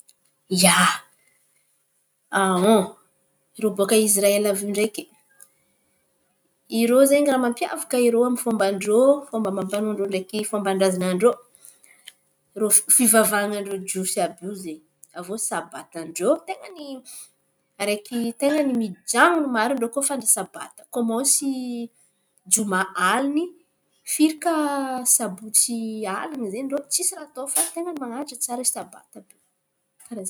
Ia, rô baka Israely iô ndraiky, irô ze raha mampiavaka irô amy fômban-drô, fômba amam-pan̈ao ndreky fomban-drazan̈an-drô, rô fi- fivavahan-drô jiosy àby iô zen̈y. Avô sabatan-drô ten̈a araiky mijanon̈o marin̈y koa fa sabata. Kômansy jomà alin̈y ziska sabotsy alin̈y ze rô tsy raha atao fa ten̈a man̈aja tsara sabata rô, karà ze.